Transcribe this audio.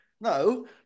No